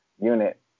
unit